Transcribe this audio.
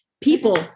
people